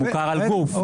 הוא מוכר על גוף,